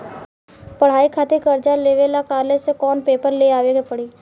पढ़ाई खातिर कर्जा लेवे ला कॉलेज से कौन पेपर ले आवे के पड़ी?